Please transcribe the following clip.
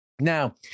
Now